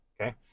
Okay